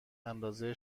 اندازه